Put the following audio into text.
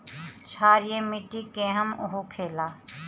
क्षारीय मिट्टी केहन होखेला?